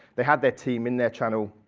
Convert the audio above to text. they had their team in their channel.